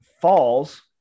falls